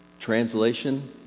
Translation